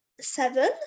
seven